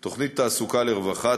תוכנית "תעסוקה לרווחה",